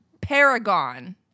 paragon